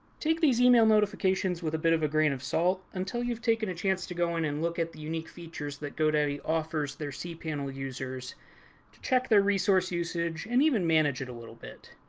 take these email notifications with a bit of a grain of salt until you've taken a chance to go in and look at the unique features that godaddy offers their cpanel users to check their resource usage, and even manage it a little bit.